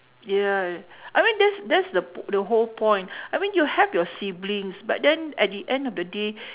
yeah I mean that's that's po~ the whole point I mean you have your siblings but then at the end of the day